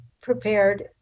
prepared